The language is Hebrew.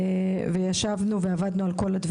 מהשלב הרעיונאי ועד לשלב